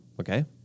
Okay